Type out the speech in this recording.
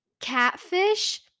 catfish